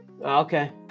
Okay